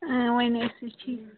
ؤنِو أسۍ ٲسۍ ٹھیٖک